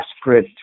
desperate